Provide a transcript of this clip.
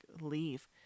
leave